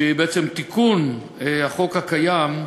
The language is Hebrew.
שהיא בעצם תיקון החוק הקיים,